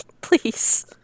please